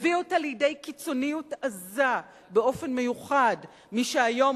הביא אותה לקיצוניות עזה באופן מיוחד מי שהיום